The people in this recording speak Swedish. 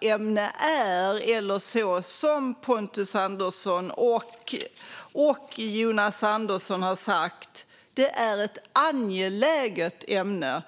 Jonas Andersson och Pontus Andersson om att det här är ett angeläget ämne.